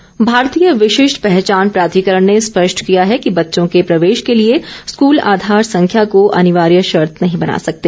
प्राधिकरण भारतीय विशिष्ट पहचान प्राधिकरण ने स्पष्ट किया है कि बच्चों के प्रवेश के लिए स्कूल आधार संख्या को अनिवार्य शर्त नहीं बना सकते